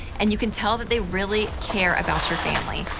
and you can tell that they really care about your family.